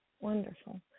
Wonderful